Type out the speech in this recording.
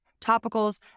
topicals